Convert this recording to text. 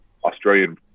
australian